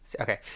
okay